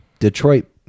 Detroit